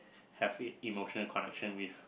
have e~ emotional connection with